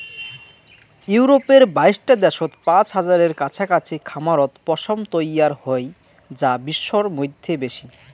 ইউরপের বাইশটা দ্যাশত পাঁচ হাজারের কাছাকাছি খামারত পশম তৈয়ার হই যা বিশ্বর মইধ্যে বেশি